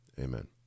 Amen